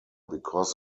because